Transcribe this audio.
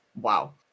Wow